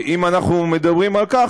אם אנחנו מדברים על כך,